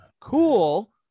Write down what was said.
Cool